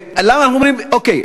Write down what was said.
אנחנו אומרים: אוקיי,